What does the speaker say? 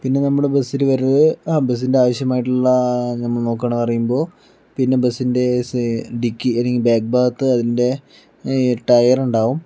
പിന്നെ നമ്മൾ ബസിൽ വരുന്നത് ആ ബസിൻ്റെ ആവിശ്യമായിട്ടുള്ള നമ്മൾ നോക്കണ പറയുമ്പോൾ പിന്നെ ബസിൻ്റെ സെ ഡിക്കി അല്ലെങ്കിൽ ബാക്ക് ഭാഗത്ത് അതിൻ്റെ ടയർ ഉണ്ടാകും